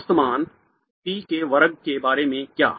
औसत मान p वर्ग के बारे में क्या